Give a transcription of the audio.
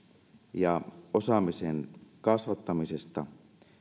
ja osaamisen kasvattamisesta